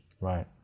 Right